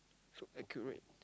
so accurate